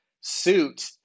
suit